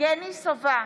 יבגני סובה,